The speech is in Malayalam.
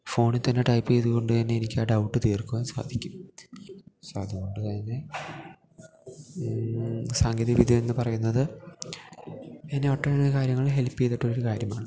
ഫോണിത്തന്നെ ടൈപ്പ് ചെയ്തു കൊണ്ട് തന്നെ എനിക്കാ ഡൗട്ട് തീര്ക്കുവാന് സാധിക്കും സൊ അതുകൊണ്ട് തന്നെ സാങ്കേതികവിദ്യയെന്ന് പറയ്ന്നത് എന്നെ ഒട്ടനേക കാര്യങ്ങളിൽ ഹെല്പ്പ് ചെയ്തിട്ടൊരു കാര്യമാണ്